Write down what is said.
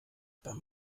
beim